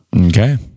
Okay